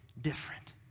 different